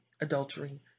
adultery